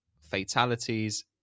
fatalities